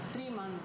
three months